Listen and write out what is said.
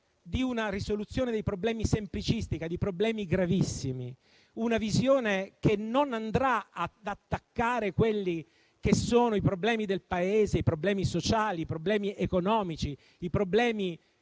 di una risoluzione semplicistica di problemi gravissimi, una visione che non andrà ad attaccare i problemi del Paese: i problemi sociali, i problemi economici e anche i